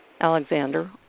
Alexander